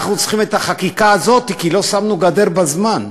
אנחנו צריכים את החקיקה הזאת כי לא שמנו גדר בזמן.